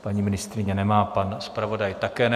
Paní ministryně nemá, pan zpravodaj také ne.